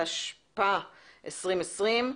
התשפ"א-2020,